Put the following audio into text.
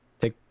take